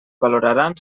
valoraran